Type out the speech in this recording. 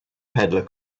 peddler